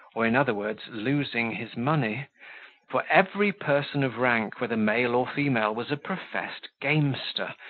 or, in other words, losing his money for every person of rank, whether male or female, was a professed gamester,